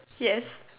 yes